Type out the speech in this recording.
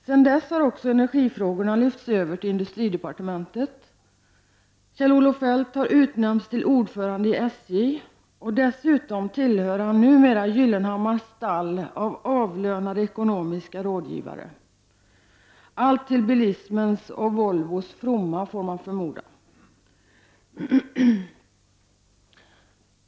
Sedan dess har också energifrågorna lyfts över till industridepartementet och Kjell-Olof Feldt har utnämnts till ordförande i SJ, och dessutom tillhör han numera Gyllenhammars stall av avlönade ekonomiska rådgivare. Allt till bilismens och Volvos fromma, får man förmoda.